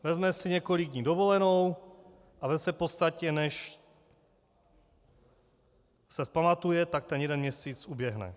Vezme si několik dní dovolenou a ve své podstatě, než se vzpamatuje, tak ten jeden měsíc uběhne.